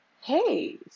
hey